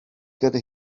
gyda